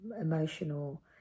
emotional